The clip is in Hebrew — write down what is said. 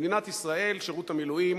במדינת ישראל שירות המילואים,